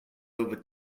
over